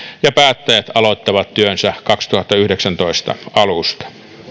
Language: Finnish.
ja päättäjät aloittavat työnsä vuoden kaksituhattayhdeksäntoista alusta